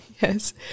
yes